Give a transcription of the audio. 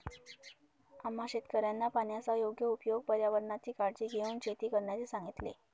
आम्हा शेतकऱ्यांना पाण्याचा योग्य उपयोग, पर्यावरणाची काळजी घेऊन शेती करण्याचे सांगितले